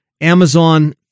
Amazon